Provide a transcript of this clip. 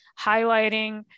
highlighting